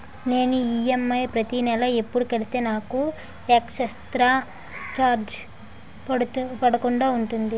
నేను ఈ.ఎమ్.ఐ ప్రతి నెల ఎపుడు కడితే నాకు ఎక్స్ స్త్ర చార్జెస్ పడకుండా ఉంటుంది?